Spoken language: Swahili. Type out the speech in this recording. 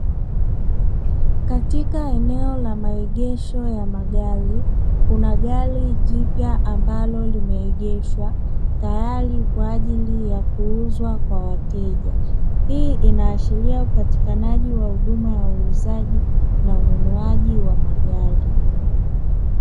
Katika eneo la maegesho ya magari kuna gari jipya ambalo limeegeshwa, tayari kwa ajili ya kuuzwa kwa wateja. Hii inaashiria upatikanaji wa huduma ya uuzaji na ununuaji wa magari.